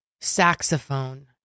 Saxophone